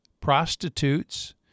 prostitutes